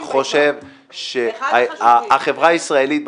אני חושב שהחברה הישראלית,